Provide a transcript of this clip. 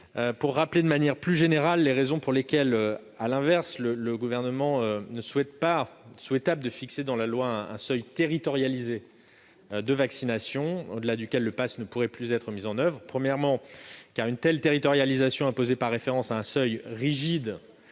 pour rappeler de manière plus générale les raisons pour lesquelles le Gouvernement ne souhaite pas fixer dans la loi un seuil territorialisé de vaccination au-delà duquel le passe sanitaire ne peut plus être mis en oeuvre. Premièrement, ce type de territorialisation par référence à un seuil rigide